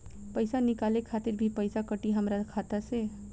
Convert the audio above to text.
पईसा निकाले खातिर भी पईसा कटी हमरा खाता से?